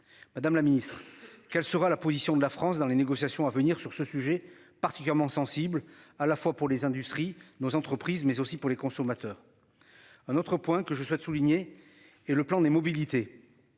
Madame la Ministre, quelle sera la position de la France dans les négociations à venir sur ce sujet particulièrement sensible à la fois pour les industries nos entreprises mais aussi pour les consommateurs. Un autre point que je souhaite souligner et le plan des mobilités.